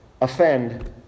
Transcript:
offend